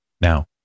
Now